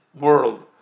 world